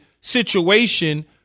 situation